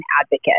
advocate